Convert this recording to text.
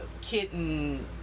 Kitten